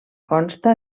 consta